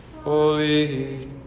holy